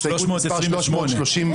הסתייגות מס' 333,